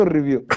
review